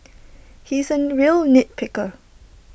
he is A real nit picker